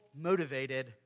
motivated